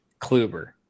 Kluber